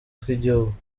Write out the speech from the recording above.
tw’igihugu